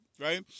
right